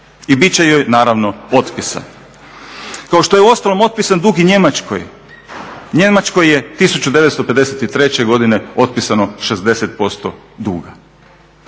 i bit će joj naravno otpisan. Kao što je uostalom otpisan dug i Njemačkoj. Njemačkoj je 1953. godine otpisano 60% duga.